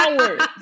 hours